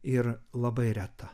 ir labai reta